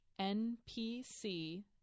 NPC